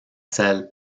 salle